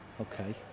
okay